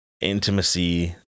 intimacy